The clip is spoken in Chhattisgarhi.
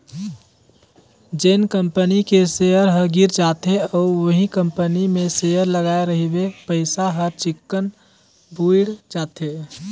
जेन कंपनी के सेयर ह गिर जाथे अउ उहीं कंपनी मे सेयर लगाय रहिबे पइसा हर चिक्कन बुइड़ जाथे